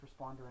responder